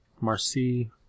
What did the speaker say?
Marcy